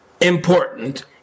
important